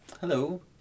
Hello